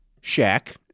shack